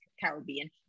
Caribbean